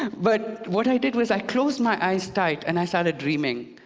but what i did was i closed my eyes tight, and i started dreaming.